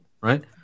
right